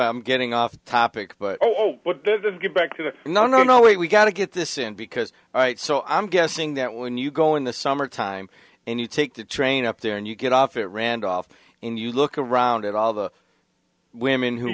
i'm getting off topic but oh but didn't get back to the no no no wait we've got to get this in because all right so i'm guessing that when you go in the summer time and you take the train up there and you get off that randolph and you look around at all the women who